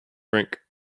drink